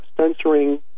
censoring